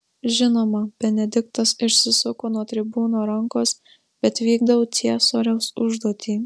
žinoma benediktas išsisuko nuo tribūno rankos bet vykdau ciesoriaus užduotį